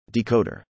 decoder